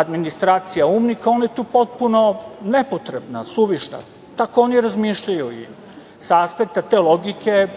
administracija UNMIK-a, ona je tu potpuno nepotrebna, suvišna. Tako oni razmišljaju i sa aspekta te logike